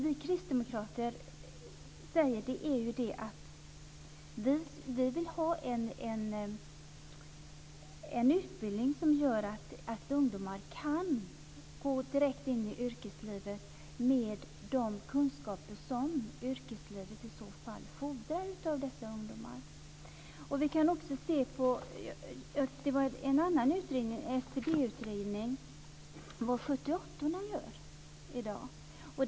Vi kristdemokrater vill ha en utbildning som är sådan att ungdomar kan gå direkt in i yrkeslivet med de kunskaper som yrkeslivet fordrar av ungdomarna. Av en SCB-utredning framgår vad ungdomar födda år 1978 i dag gör.